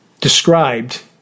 described